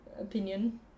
opinion